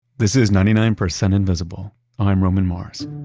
this is ninety nine percent invisible i'm roman mars